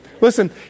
Listen